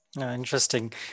Interesting